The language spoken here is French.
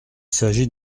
s’agit